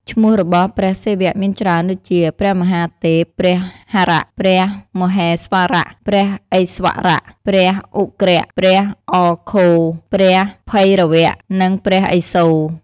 ឈ្មោះរបស់ព្រះសិវៈមានច្រើនដូចជា ៖ ព្រះមហាទេព ,ព្រះហរៈ ,ព្រះមហេស្វរៈ ,ព្រះឥស្វរៈ ,ព្រះឧគ្រៈ ,ព្រះអឃោរ ,ព្រះភៃរវៈ និងព្រះឥសូរ។